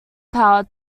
power